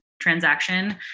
transaction